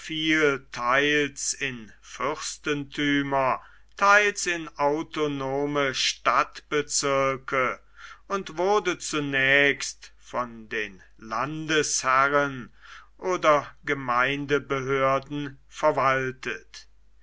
teils in fürstentümer teils in autonome stadtbezirke und wurde zunächst von den landesherren oder gemeindebehörden verwaltet